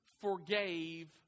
forgave